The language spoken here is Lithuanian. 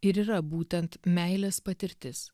ir yra būtent meilės patirtis